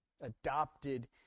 adopted